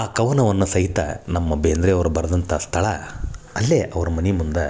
ಆ ಕವನವನ್ನು ಸಹಿತ ನಮ್ಮ ಬೇಂದ್ರೆಯವರು ಬರೆದಂಥ ಸ್ಥಳ ಅಲ್ಲೇ ಅವ್ರ ಮನೆ ಮುಂದೆ